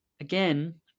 again